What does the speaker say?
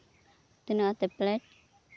ᱚ ᱛᱤᱱᱟᱹᱜ ᱠᱟᱛᱮᱜ ᱯᱞᱮᱴ